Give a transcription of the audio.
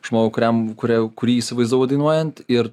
žmogų kuriam kurie jau kurį įsivaizdavau dainuojant ir